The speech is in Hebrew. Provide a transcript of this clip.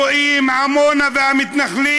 רואים את עמונה והמתנחלים,